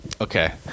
okay